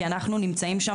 כי אנחנו נמצאים שם,